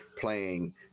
playing